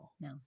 No